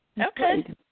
Okay